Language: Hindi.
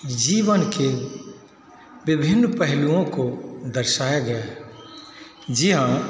जीवन के विभिन्न पहलुओं को दर्शाया गया है जी हाँ